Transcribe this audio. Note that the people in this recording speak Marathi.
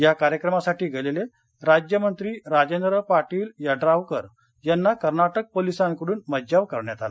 या कार्यक्रमासाठी गेलेले राज्यमंत्री राजेंद्र पाटील यड्रावकर यांना कर्नाटक पोलिसांकडून मज्जाव करण्यात आला